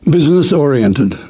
Business-oriented